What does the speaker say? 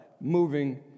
moving